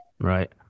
Right